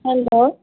hello